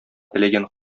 теләгән